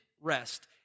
rest